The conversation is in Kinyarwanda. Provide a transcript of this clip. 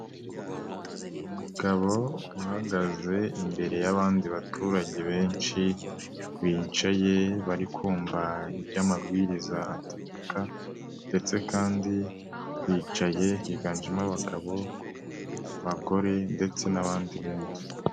Umugabo uhagaze imbere y'abandi baturage benshi, bicaye bari kumva ibyo amabwiriza ategeka ndetse kandi bicaye higanjemo abagabo, abagore ndetse n'abandi benshi.